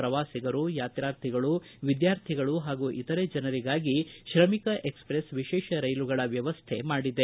ಪ್ರವಾಸಿಗರು ಯಾತ್ರಾರ್ಥಿಗಳು ವಿದ್ಮಾರ್ಥಿಗಳು ಹಾಗೂ ಇತರೆ ಜನರಿಗಾಗಿ ಶ್ರಮಿಕ ಎಕ್ಸ್ಪ್ರೆಸ್ ವಿಶೇಷ ರೈಲುಗಳ ವ್ಯವಸ್ಥೆ ಮಾಡಿದೆ